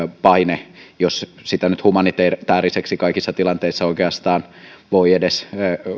paine jos sitä nyt humanitaariseksi oikeastaan voi kaikissa tilanteissa edes